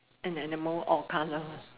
an animal or colour